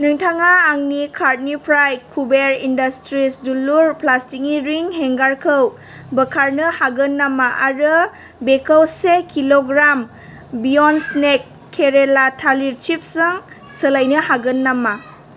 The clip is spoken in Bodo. नोंथाङा आंनि कार्टनिफ्राय कुबेर इन्डास्ट्रिज दुलुर प्लास्टिकनि रिं हेंगारखौ बोखारनो हागोन नामा आरो बेखौ से किल'ग्राम बेयन्दस्नेक केरालानि थालिर चिप्स जों सोलायनो हागोन नामा